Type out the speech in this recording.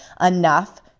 enough